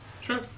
Sure